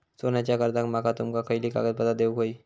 सोन्याच्या कर्जाक माका तुमका खयली कागदपत्रा देऊक व्हयी?